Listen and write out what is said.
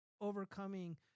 overcoming